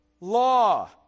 law